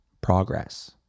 Progress